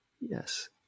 Yes